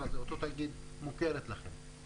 האם הבעיה מוכרת להם?